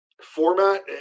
format